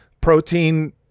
protein